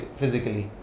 physically